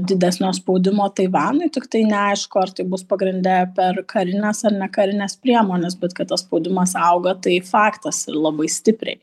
didesnio spaudimo taivanui tiktai neaišku ar tai bus pagrinde per karines ar nekarines priemones bet kad tas spaudimas auga tai faktas ir labai stipriai